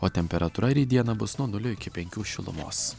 o temperatūra ryt dieną bus nuo nulio iki penkių šilumos